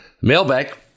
mailbag